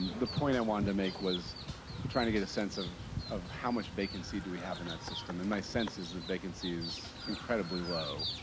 the point i wanted to make was trying to get a sense of of how much vacancy do we have in that system? and my sense is vacancy is incredibly low.